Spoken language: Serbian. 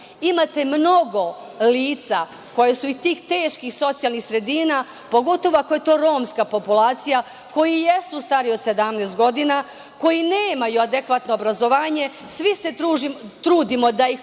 imate mnogo lica koja su iz tih teških socijalnih sredina ,pogotovo ako je to romska populacija, koji i jesu stariji od 17 godina, koji nemaju adekvatno obrazovanje. Svi se trudimo da ih